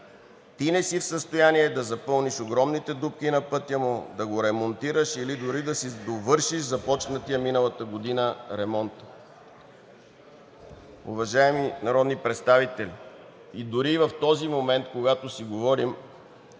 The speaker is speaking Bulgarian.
ти не си в състояние да запълниш огромните дупки на пътя му, да го ремонтираш или дори да си довършиш започнатия миналата година ремонт. Уважаеми народни представители, дори и в този момент, когато си говорим,